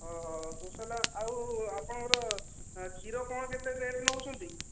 ଓହୋ ଗୋଶାଲା ଆଉ ଆପଣଙ୍କର ଏ କ୍ଷୀର କ'ଣ କେତେ ରେଟ୍ ନେଉଛନ୍ତି